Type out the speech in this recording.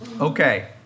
Okay